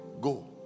Go